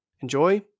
enjoy